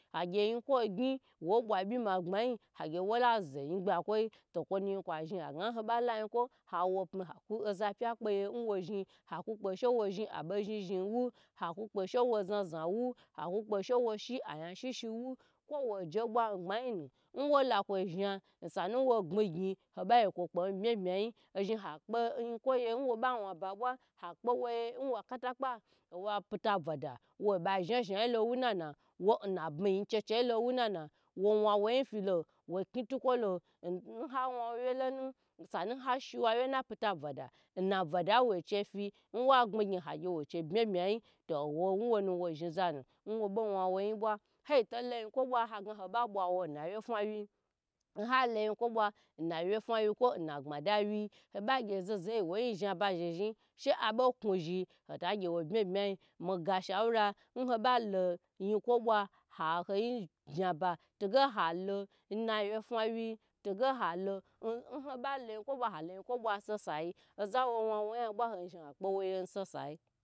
Hagye yinkwo gyi woi bwa byi ma gba yi hagge wolo zo yigba kwoi, o kwonu zhn ange n hoba la yin kwo howa pmi ba kpe za pya wo zhn haku kpe she wo zhn abo zhn zhn wu ha ku kpe she wo za za wu hakukpe she wo shi ayan shishiwu kwo wo jer gbayi nu nwo kwo zha osanu wo gbni gyn oba gye kwo kpe n bma bma yi ha kpe yin kwo ye nwo ba wa ba bwa hakpe wo ye nwa ka takpa owa pita buda ba zha zha yilo wunana wona biyi checheyilo wunana wo wa wo yi filo wo kni tukwwo lo n mha wo wo wye lonu osanu ha she wa wye na pita buda nna buda nwa gbni gyn hagye wo chei fi n bma bma yi to owo wo nu wo zhn zanu hwo bo wan wo yi bwa tolo yinkwo bwa haga gye hoba bwawo na wye fa wi nhalo yinkwo bwa na wye fa wye kwo agbmada wyi hoba gye zo ho zo ye nwoyin zhaba zhi zhi yi habo ku zhn hota gye wo bma bma yin mo ga shwra nho ba lo yinkwo bwa ahoyin zhaba to halo nawyefawi to halo nhoba lo yinkwo bwa hola yinko bwa-se sayi ozawo wan woyi obwa azhi akpe wo ye n sa sayi.